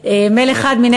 תודה לך, גברתי